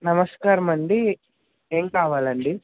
నమస్కారమండి ఏం కావాలండి